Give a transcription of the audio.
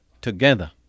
together